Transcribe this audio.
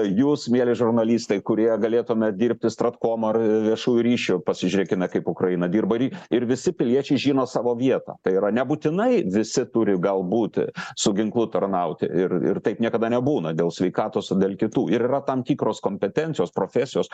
jūs mieli žurnalistai kurie galėtumėt dirbti stratkom ar viešųjų ryšių pasižiūrėkime kaip ukraina dirba ir ir visi piliečiai žino savo vietą tai yra nebūtinai visi turi galbūt su ginklu tarnauti ir ir taip niekada nebūna dėl sveikatos dėl kitų ir yra tam tikros kompetencijos profesijos